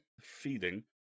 feeding